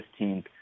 15th